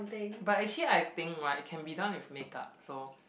but actually I think right can be done with make-up so